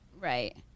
Right